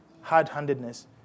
hard-handedness